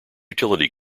utility